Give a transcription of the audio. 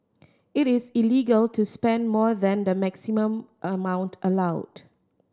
it is illegal to spend more than the maximum amount allowed